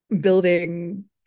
building